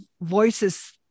voices